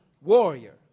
warrior